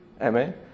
Amen